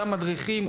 אותם מדריכים,